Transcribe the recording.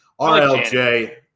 RLJ